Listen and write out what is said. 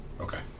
Okay